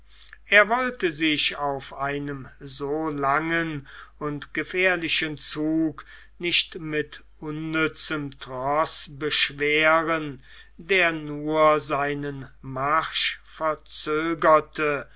er wollte sich auf einem so langen und gefährlichen zug nicht mit unnützem troß beschweren der nur seinen marsch verzögerte